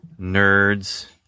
nerds